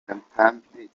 cantante